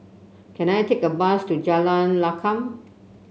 can I take a bus to Jalan Lakum